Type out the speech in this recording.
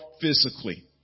physically